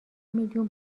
میلیون